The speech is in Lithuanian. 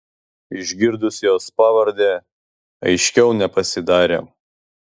išgirdus jos pavardę aiškiau nepasidarė